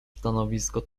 stanowisko